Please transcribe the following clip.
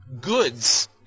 goods